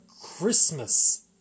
christmas